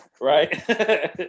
right